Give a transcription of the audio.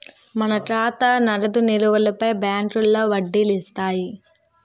మన ఖాతా నగదు నిలువులపై బ్యాంకులో వడ్డీలు ఇస్తాయి